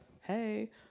hey